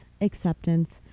acceptance